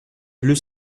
bleus